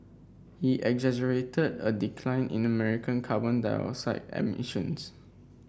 he exaggerated a decline in American carbon dioxide emissions